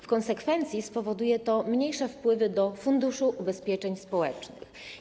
W konsekwencji spowoduje to mniejsze wpływy do Funduszu Ubezpieczeń Społecznych.